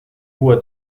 hoher